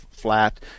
flat